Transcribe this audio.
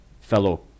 fellow